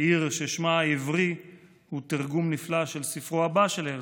בעיר ששמה העברי הוא תרגום נפלא של ספרו הבא של הרצל,